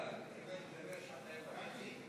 יוליה, את מתכוונת לדבר שעתיים וחצי?